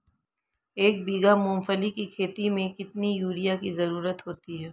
एक बीघा मूंगफली की खेती में कितनी यूरिया की ज़रुरत होती है?